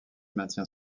maintient